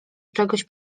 czegoś